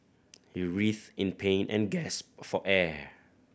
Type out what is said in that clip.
he writhed in pain and gasped for air